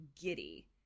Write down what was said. giddy